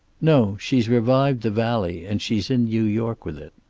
no. she's revived the valley and she's in new york with it.